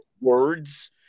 words